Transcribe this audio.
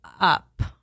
up